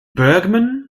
bergman